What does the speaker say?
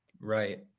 Right